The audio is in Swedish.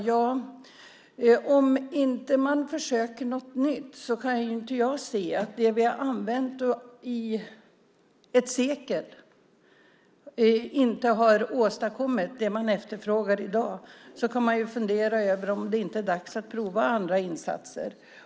Men om det vi har använt oss av i ett sekel inte har åstadkommit det man efterfrågar i dag kan man fundera över om det inte är dags att pröva andra insatser.